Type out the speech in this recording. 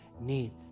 need